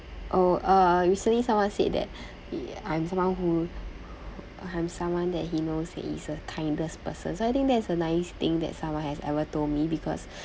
oh uh recently someone said that I am someone who I'm someone that he knows is a kindest person so I think that's a nice thing that someone has ever told me because